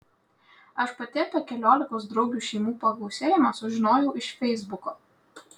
aš pati apie keliolikos draugių šeimų pagausėjimą sužinojau iš feisbuko